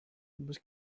was